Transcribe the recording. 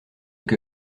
que